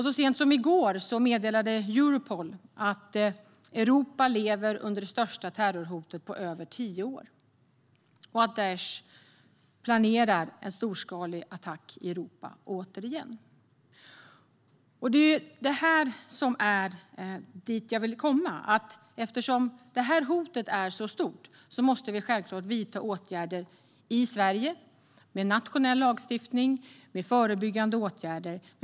Så sent som i går meddelade Europol att Europa lever under det största terrorhotet på över tio år och att Daish åter planerar en storskalig attack i Europa. Det är hit jag vill komma. Eftersom hotet är så stort måste vi självklart vidta åtgärder i Sverige med nationell lagstiftning och förebyggande insatser.